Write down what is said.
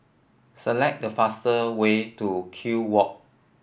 select the fast way to Kew Walk